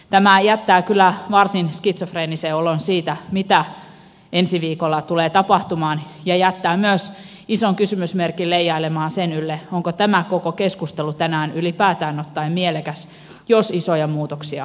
tämä jättää kyllä varsin skitsofreenisen olon siitä mitä ensi viikolla tulee tapahtumaan ja jättää myös ison kysymysmerkin leijailemaan sen ylle onko tämä koko keskustelu tänään ylipäätään ottaen mielekäs jos isoja muutoksia tullaan tekemään